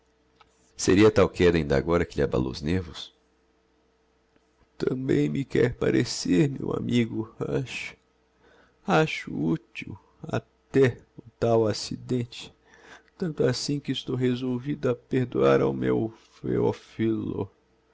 a tal queda d'inda agora que lhe abalou os nervos tambem me quer parecer meu amigo ach acho util até o tal accidente tanto assim que estou resolvido a perdoar ao meu